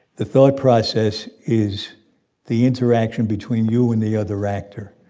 the thought process is the interaction between you and the other actor.